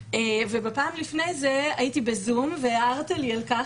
ובפעם לפני זה הייתי בזום והערת לי על כך,